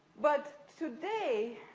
but, today,